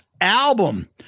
album